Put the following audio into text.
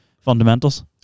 fundamentals